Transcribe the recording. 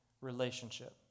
relationship